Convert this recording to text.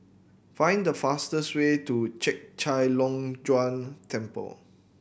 find the fastest way to Chek Chai Long Chuen Temple